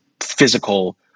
physical